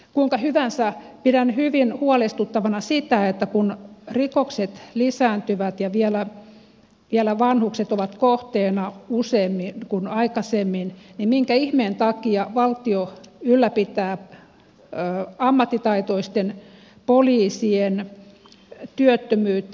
kuinka hyvänsä pidän hyvin huolestuttavana sitä että kun rikokset lisääntyvät ja vielä vanhukset ovat kohteena useammin kuin aikaisemmin niin jonkin ihmeen takia valtio ylläpitää ammattitaitoisten poliisien työttömyyttä